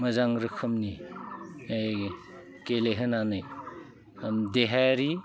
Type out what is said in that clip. मोजां रोखोमनि गेलेहोनानै देहायारि